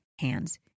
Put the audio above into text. hands